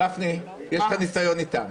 גפני, יש לך ניסיון איתם.